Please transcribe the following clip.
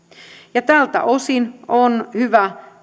tältä osin on hyvä